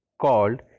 called